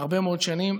הרבה מאוד שנים.